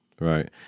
Right